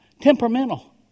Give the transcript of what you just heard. Temperamental